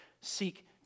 seek